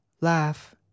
laugh